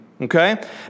Okay